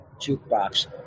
Jukebox